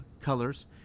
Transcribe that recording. colors